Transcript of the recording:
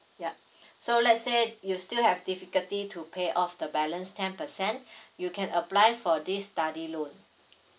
yup so let's say you still have difficulty to pay off the balance ten percent you can apply for this study loan